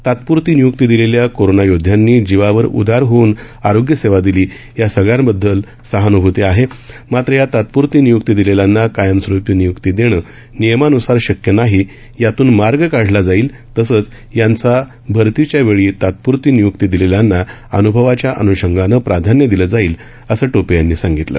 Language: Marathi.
तात्प्रती निय्क्ती दिलेल्या कोरोना योद्ध्यांनी जीवावर उदार होऊन आरोग्य सेवा दिली या सगळ्यांबददल सहानुभूती आहे मात्र या तात्पूरती नियुक्ती दिलेल्यांना कायमस्वरुपी नियुक्ती देणं नियमानुसार शक्य नाही यातून मार्ग काढला जाईल तसंच यांचा भर्तीच्या वेळी तात्प्रती नियूक्ती दिलेल्यांना अनूभवाच्या अनूषंगानं प्राधान्य दिलं जाईल असं टोपे यांनी सांगितलं